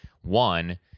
one